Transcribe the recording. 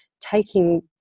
taking